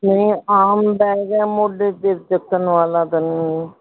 ਨਹੀਂ ਆਮ ਬੈਗ ਹੈ ਮੋਢੇ 'ਤੇ ਚੁੱਕਣ ਵਾਲਾ ਤਾਂ ਨਹੀਂ